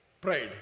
pride